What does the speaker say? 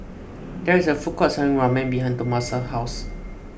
there is a food court selling Ramen behind Tomasa's house